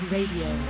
Radio